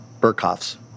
Burkhoff's